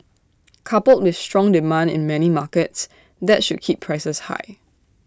coupled with strong demand in many markets that should keep prices high